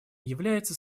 является